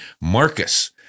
Marcus